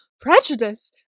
prejudice